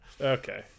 Okay